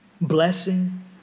Blessing